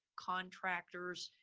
contractors,